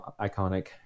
iconic